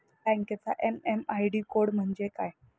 बँकेचा MM ID code म्हणजे काय?